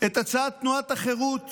את הצעת תנועת החרות